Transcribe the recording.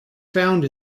found